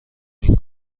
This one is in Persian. این